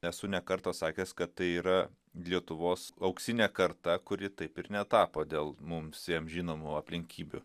esu ne kartą sakęs kad tai yra lietuvos auksinė karta kuri taip ir netapo dėl mums visiems žinomų aplinkybių